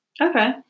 Okay